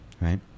right